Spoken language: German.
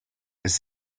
ist